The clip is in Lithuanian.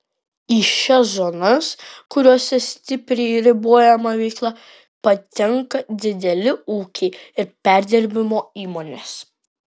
į šias zonas kuriose stipriai ribojama veikla patenka dideli ūkiai ir perdirbimo įmonės